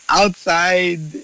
outside